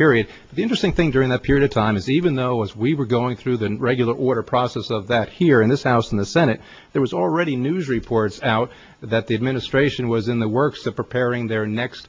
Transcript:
period the interesting thing during that period of time is even though as we were going through the regular order process of that here in this house in the senate there was already news reports out that the administration was in the works of preparing their next